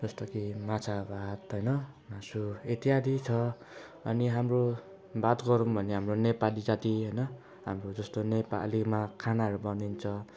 जस्तो कि माछा भात होइन मासु इत्यादि छ अनि हाम्रो बात गरौँ भने हाम्रो नेपाली जाति होइन हाम्रो जस्तो नेपालीमा खानाहरू बनिन्छ